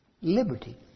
liberty